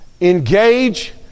engage